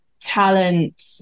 talent